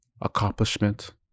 accomplishment